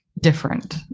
different